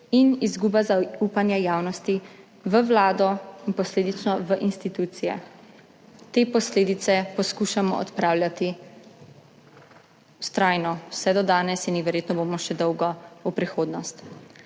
in izguba zaupanja javnosti v Vlado in posledično v institucije. Te posledice poskušamo odpravljati vztrajno vse do danes in jih bomo verjetno še dolgo v prihodnost.